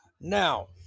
Now